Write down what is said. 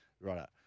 right